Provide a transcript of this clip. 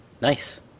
Nice